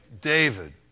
David